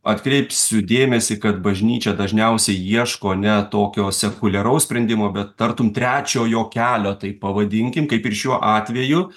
atkreipsiu dėmesį kad bažnyčia dažniausiai ieško ne tokio sekuliaraus sprendimo bet tartum trečiojo kelio tai pavadinkim kaip ir šiuo atveju